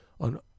on